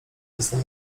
jestem